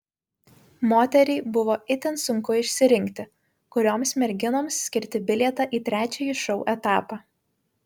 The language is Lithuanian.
moteriai buvo itin sunku išsirinkti kurioms merginoms skirti bilietą į trečiąjį šou etapą